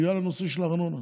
בגלל הנושא של הארנונה,